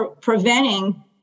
preventing